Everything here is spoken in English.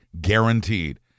guaranteed